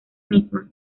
misma